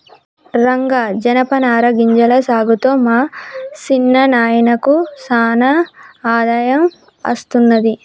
రంగా జనపనార గింజల సాగుతో మా సిన్న నాయినకు సానా ఆదాయం అస్తున్నది